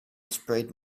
sprained